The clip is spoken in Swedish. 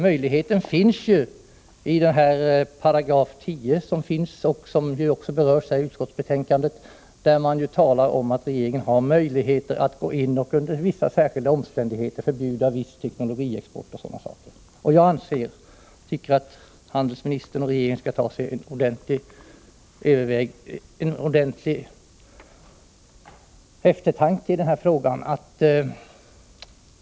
Möjligheten finns ju i lagens 10 §, vilket också berörs i utskottsbetänkandet, där man talar om att regeringen under särskilda omständigheter kan förbjuda bl.a. viss teknologiexport. Jag tycker att utrikeshandelsministern och regeringen skall ordentligt tänka över den här frågan.